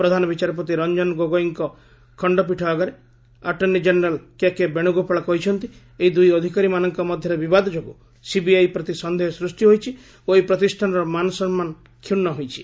ପ୍ରଧାନ ବିଚାରପତି ରଞ୍ଜନ ଗୋଗୋଇଙ୍କ ଖଣ୍ଡୀପୀଠ ଆଗରେ ଆଟର୍ଣ୍ଣି ଜେନେରାଲ କେକେ ବେଣ୍ରଗୋପଳ କହିଛନ୍ତି ଏହି ଦ୍ଇଇ ଅଧିକାରୀମାନଙ୍କ ମଧ୍ୟରେ ବିବାଦ ଯୋଗୁଁ ସିବିଆଇ ପ୍ରତି ସନ୍ଦେହ ସୃଷ୍ଟି ହୋଇଛି ଓ ଏହି ପ୍ରତିଷ୍ଠାନର ମାନସମ୍ମାନ କ୍ଷର୍ଣ୍ଣ ହୋଇଛି